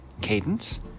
cadence